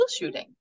troubleshooting